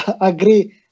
agree